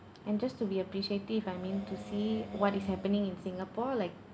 and just to be appreciative I mean to see what is happening in singapore like